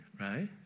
right